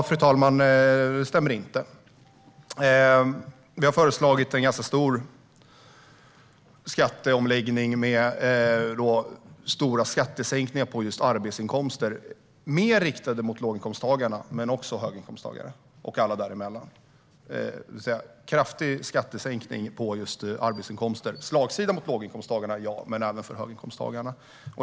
Fru talman! Det stämmer inte. Vi har föreslagit en ganska stor skatteomläggning med stora skattesänkningar på arbetsinkomster, riktade mer mot låginkomsttagare men också mot höginkomsttagare och alla däremellan. Det är en kraftig skattesänkning på arbetsinkomster. Det är en slagsida mot låginkomsttagarna, men även mot höginkomsttagarna.